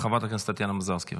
חברת הכנסת טטיאנה מזרסקי,